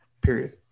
Period